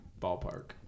ballpark